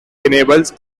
enables